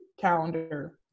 calendar